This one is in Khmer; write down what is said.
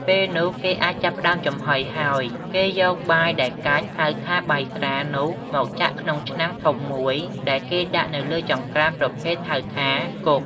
ពេលនោះគេអាចចាប់ផ្តើមចំហុយហើយ គេយកបាយដែលកាច់ ហៅថា «បាយស្រា» នោះមកចាក់ក្នុងឆ្នាំងធំមួយដែលគេដាក់នៅលើចង្ក្រានប្រភេទហៅថា «គុក»។